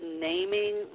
naming